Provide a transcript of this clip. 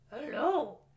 Hello